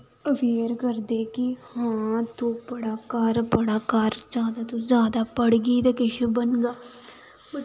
ओह् मीं अवेयर करदे कि हां तूं पढ़ा कर पढ़ा कर जादा तो जादा पढ़गी ते किश बनगा